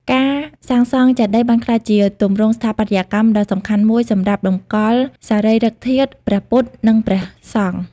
ការសាងសង់ចេតិយបានក្លាយជាទម្រង់ស្ថាបត្យកម្មដ៏សំខាន់មួយសម្រាប់តម្កល់សារីរិកធាតុព្រះពុទ្ធ និងព្រះសង្ឃ។